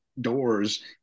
doors